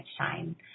shine